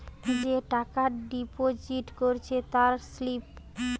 যে টাকা ডিপোজিট করেছে তার স্লিপ